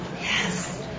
Yes